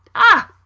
ah!